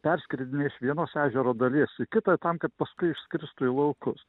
perskridinėja iš vienos ežero dalies į kitą tam kad paskui išskristų į laukus